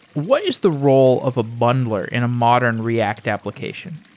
what is the role of a bundler in a modern react application?